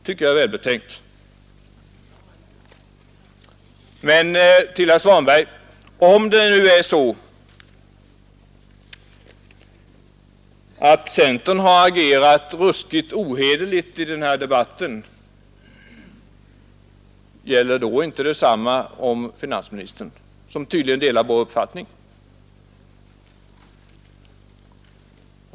Det är välbetänkt men, herr Svanberg, om det är så att centern har agerat ”ruskigt ohederligt” i den här debatten, gäller då inte detsamma om finansministern, som tydligen delar vår uppfattning?